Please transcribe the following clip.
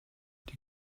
die